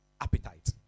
appetite